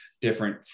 different